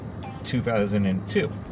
2002